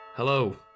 Hello